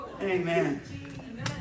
Amen